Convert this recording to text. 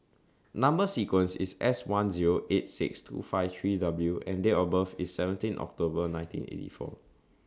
Number sequence IS S one Zero eight six two five three W and Date of birth IS seventeen October nineteen eighty four